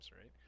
right